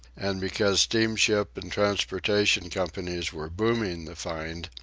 and because steamship and transportation companies were booming the find,